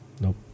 Nope